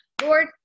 Lord